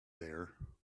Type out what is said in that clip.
there